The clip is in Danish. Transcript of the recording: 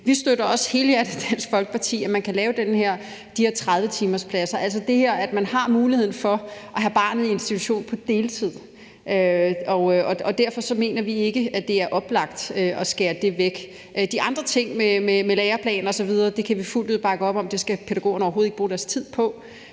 Vi støtter i Dansk Folkeparti også helhjertet, at man kan lave de her 30-timerspladser, altså det, at man har muligheden for at have barnet i institution på deltid, og derfor mener vi ikke, at det er oplagt at skære det væk. De andre ting med læreplaner osv. kan vi fuldt ud bakke op om, og det skal pædagogerne overhovedet ikke bruge deres tid på,